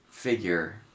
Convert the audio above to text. figure